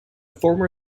former